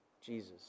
Jesus